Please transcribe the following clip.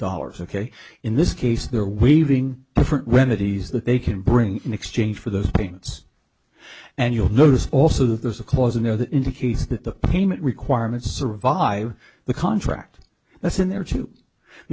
dollars ok in this case they're weaving different when it is that they can bring in exchange for those payments and you'll notice also that there's a clause in no that indicates that the payment requirements survive the contract that's in there too i